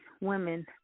women